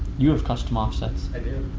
you have custom offsets. i do.